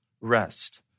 rest